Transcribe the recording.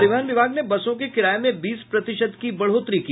परिवहन विभाग ने बसों के किराये में बीस प्रतिशत की बढ़ोतरी की